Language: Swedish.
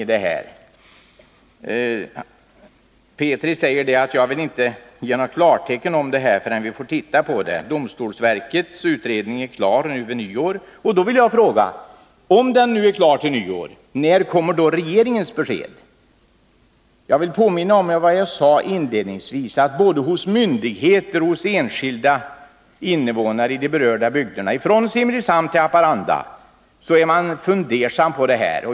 Carl Axel Petri säger att han inte vill ge klartecken förrän regeringen har sett domstolsverkets utredning, som skall vara klar vid nyår. Då vill jag fråga: Om utredningen är klar till nyår, när kommer då regeringens besked? Jag vill påminna om vad jag sade inledningsvis, att både hos myndigheter och hos enskilda invånare i de berörda bygderna, från Simrishamn till Haparanda, är man fundersam.